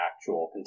actual